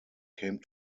came